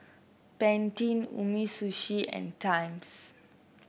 Pantene Umisushi and Times